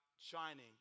shining